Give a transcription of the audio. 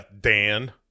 Dan